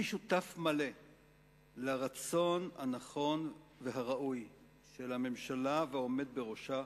אני שותף מלא לרצון הנכון והראוי של הממשלה והעומד בראשה